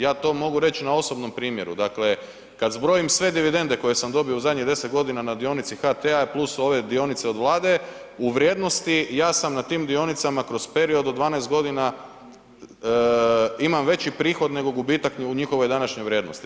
Ja to mogu reći na osobnom primjeru, kada zbrojim sve dividende koje sam dobio u zadnjih deset godina na dionici HT-a plus ove dionice od Vlade u vrijednosti ja sam na tim dionicama kroz period od 12 godina imam veći prihod nego gubitak u njihovoj današnjoj vrijednosti.